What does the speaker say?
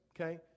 okay